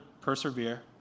persevere